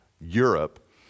Europe